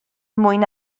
mwyn